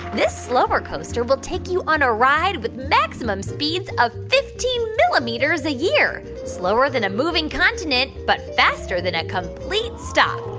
this slower-coaster will take you on a ride with maximum speeds of fifteen millimeters a year slower than a moving continent but faster than a complete stop.